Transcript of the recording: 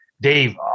Dave